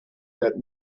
that